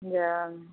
लए आनू